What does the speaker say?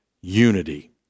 unity